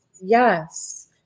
Yes